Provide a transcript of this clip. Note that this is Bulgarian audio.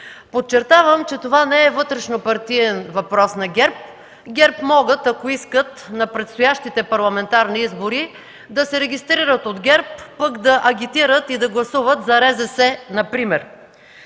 Подчертавам, че това не е вътрешнопартиен въпрос на ГЕРБ. ГЕРБ могат, ако искат, на предстоящите парламентарни избори да се регистрират от ГЕРБ, пък да агитират и да гласуват за РЗС, например.